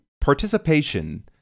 participation